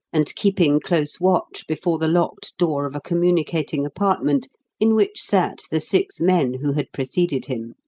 and keeping close watch before the locked door of a communicating apartment in which sat the six men who had preceded him.